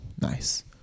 Nice